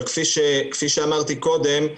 אבל כפי שאמרתי קודם,